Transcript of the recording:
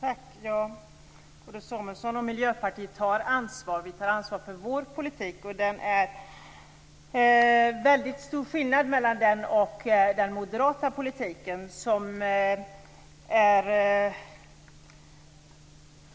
Fru talman! Både Samuelsson och Miljöpartiet tar ansvar. Vi tar ansvar för vår politik. Det är väldigt stor skillnad mellan den politiken och den moderata politiken, som är